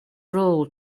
role